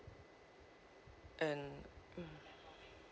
and mm